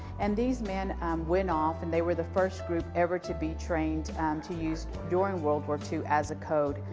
and these men went off and they were the first group ever to be trained and to use, during world war ii, as a code.